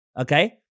okay